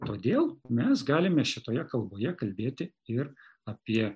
todėl mes galime šitoje kalboje kalbėti ir apie